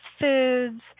foods